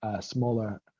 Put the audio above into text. smaller